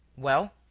well,